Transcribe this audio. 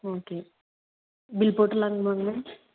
okay bill போட்டுருலாங்மாங்க ma'am